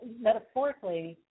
metaphorically